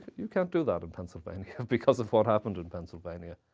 you can't do that in pennsylvania because of what happened in pennsylvania.